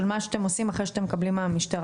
מה שאתם עושים אחרי שאתם מקבלים מהמשטרה.